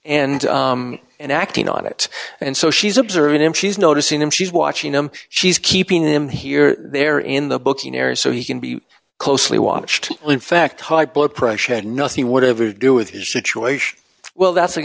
and and acting on it and so she's observing them she's noticing them she's watching them she's keeping them here they're in the booking area so he can be closely watched in fact high blood pressure had nothing whatever to do with his situation well that's